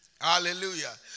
Hallelujah